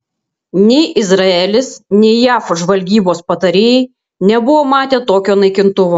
nei izraelis nei jav žvalgybos patarėjai nebuvo matę tokio naikintuvo